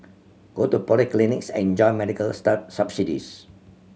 go to polyclinics and enjoy medical subsidies